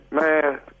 man